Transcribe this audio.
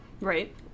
Right